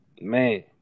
Man